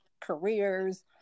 careers